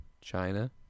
China